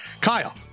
Kyle